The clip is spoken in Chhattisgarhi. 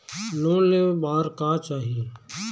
लोन ले बार का चाही?